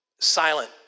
silent